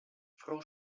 frau